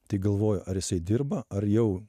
tai galvoju ar jisai dirba ar jau